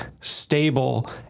stable